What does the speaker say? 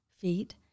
feet